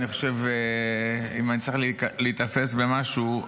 אם אני צריך להיתפס במשהו,